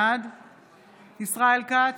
בעד ישראל כץ,